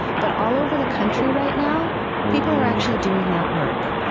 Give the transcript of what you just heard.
but all over the country right now people are actually doing that work.